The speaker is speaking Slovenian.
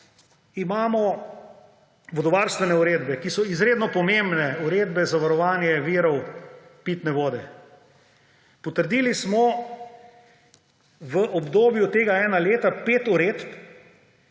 imamo vodovarstvene uredbe, ki so izredno pomembne uredbe zavarovanja virov pitne vode. Potrdili smo v obdobju tega enega leta pet uredb,